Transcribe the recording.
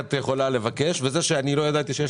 הזה אני מבקש גם ממך שתעזור לי להתעקש על